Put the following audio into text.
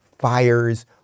fires